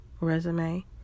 resume